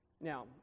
Now